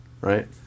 right